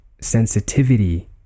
sensitivity